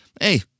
hey